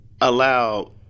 allow